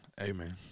Amen